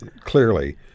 clearly